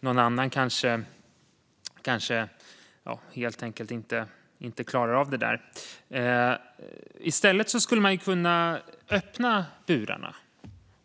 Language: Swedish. Någon annan kanske helt enkelt inte klarar av det. I stället skulle man kunna öppna burarna